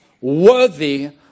worthy